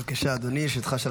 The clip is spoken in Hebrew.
בבקשה, אדוני, יש לך שלוש דקות.